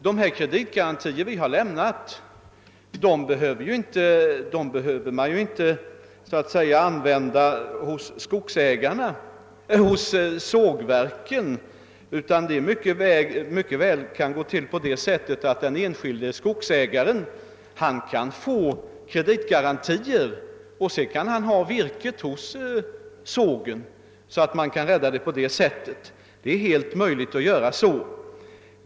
De kreditgarantier vi har lämnat behöver man inte använda hos sågverken. Det kan mycket väl gå till så att den enskilde skogsägaren får kreditgarantier och har virket hos sågverket, så att man på det sättet kan rädda det.